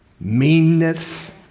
meanness